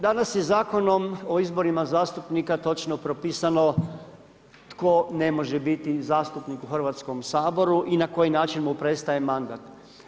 Danas je Zakonom o izborima zastupnika točno propisano tko ne može biti zastupnik u Hrvatskom saboru i na koji način mu prestaje mandat.